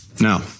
Now